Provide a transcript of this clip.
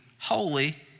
holy